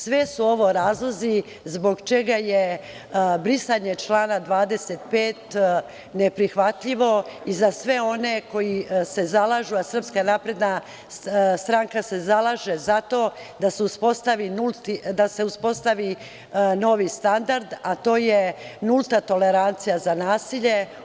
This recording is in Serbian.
Sve su ovo razlozi zbog čega je brisanje člana 25. neprihvatljivo i za sve one koji se zalažu, a SNS se zalaže zato da se uspostavi novi standard, a to je nulta tolerancija za nasilje.